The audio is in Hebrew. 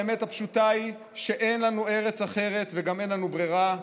האמת הפשוטה היא שאין לנו ארץ אחרת וגם אין לנו ברירה.